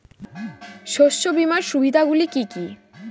শস্য বীমার সুবিধা গুলি কি কি?